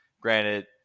granted